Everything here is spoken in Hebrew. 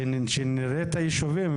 שנראה את הישובים,